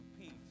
peace